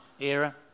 era